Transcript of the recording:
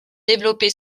développé